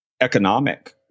economic